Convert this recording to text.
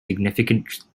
significant